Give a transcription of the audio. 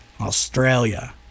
Australia